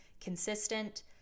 consistent